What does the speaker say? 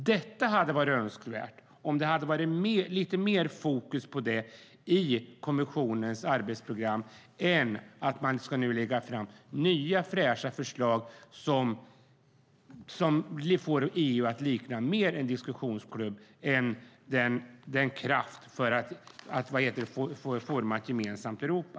Det hade varit önskvärt om det hade varit mer fokus på genomförande i kommissionens arbetsprogram än att lägga fram nya fräscha förslag som får EU att mer likna en diskussionsklubb än att vara en kraft för att forma ett gemensamt Europa.